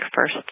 First